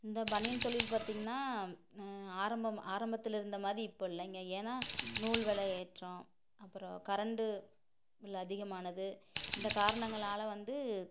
இந்த பனியன் தொழில் பார்த்தீங்கன்னா ஆரம்பம் ஆரம்பத்தில் இருந்த மாதிரி இப்போ இல்லைங்க ஏன்னா நூல் வெலை ஏற்றம் அப்பறம் கரண்டு பில்லு அதிகமானது இந்த காரணங்களால் வந்து